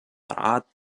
rat